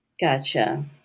Gotcha